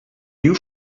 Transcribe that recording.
you